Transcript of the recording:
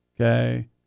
okay